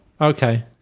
Okay